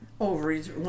Ovaries